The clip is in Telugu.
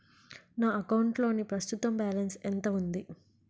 నా అకౌంట్ లోని ప్రస్తుతం బాలన్స్ ఎంత ఉంది?